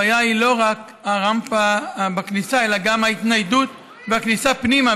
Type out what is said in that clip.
הבעיה היא לא רק הרמפה בכניסה אלא גם ההתניידות בכניסה פנימה,